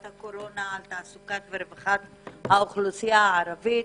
הקורונה על תעסוקת ורווחת האוכלוסייה הערבית.